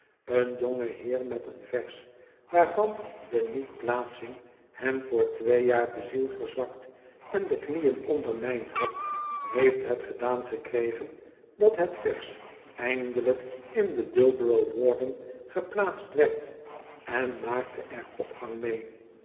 een jongeheer met een vers waarvan de niet plaatsing hem voor twee jaar de ziel verzwakt en de knieën ondermijnd had heeft het gedaan gekregen dat het vers eindelijk in de dullborough warden geplaatst werd en maakte er opgang mee